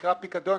שנקרא פיקדון,